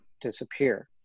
disappear